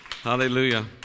Hallelujah